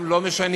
אנחנו לא משנים,